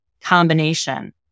combination